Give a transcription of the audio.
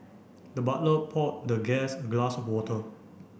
the butler poured the guest a glass of water